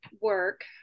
work